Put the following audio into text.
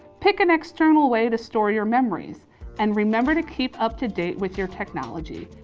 pick an external way to store your memories and remember to keep up to date with your technology.